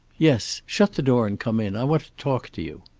yes. shut the door and come in. i want to talk to you.